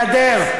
גדר,